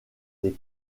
des